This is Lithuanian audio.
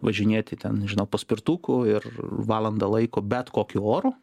važinėti ten nežinau paspirtuku ir valandą laiko bet kokiu oru